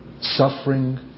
suffering